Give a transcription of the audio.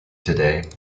today